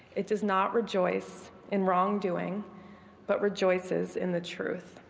it does not rejoice in wrong doing but rejoices in the truth.